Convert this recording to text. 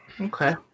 Okay